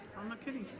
i'm not kidding.